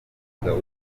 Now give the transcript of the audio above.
ubugabo